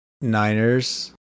Niners